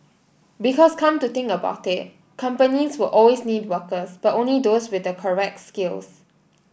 because come to think about it companies will always need workers but only those with the correct skills